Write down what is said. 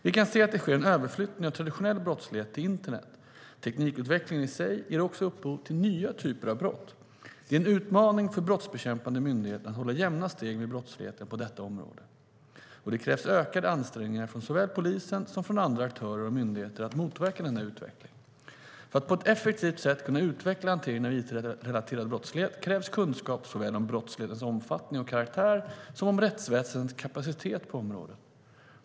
Vi kan se att det sker en överflyttning av traditionell brottslighet till internet. Teknikutvecklingen i sig ger också upphov till nya typer av brott. Det är en utmaning för de brottsbekämpande myndigheterna att hålla jämna steg med brottsligheten på detta område, och det krävs ökade ansträngningar från såväl polisen som från andra aktörer och myndigheter för att motverka denna utveckling. För att på ett effektivt sätt kunna utveckla hanteringen av it-relaterad brottslighet krävs kunskap om såväl brottslighetens omfattning och karaktär som rättsväsendets kapacitet på området.